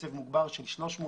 בקצב מוגבר של 320 מגה-ואט,